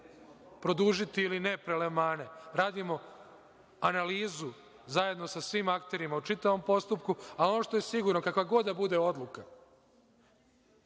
produžiti ili ne prelevmane? Radimo analizu zajedno sa svim akterima o čitavom postupku, a ono što je sigurno, kakva god da bude odluka,